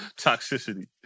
Toxicity